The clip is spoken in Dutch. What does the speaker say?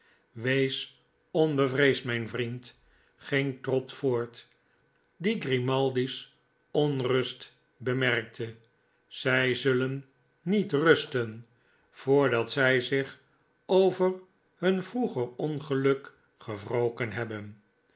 wees onbevreesd mijn vriend ging trott voort die grimaldi's onrust bemerkte zij zullen niet rusten voordat zij zich over hun vroeger ongeluk gewroken hebben